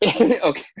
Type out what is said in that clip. Okay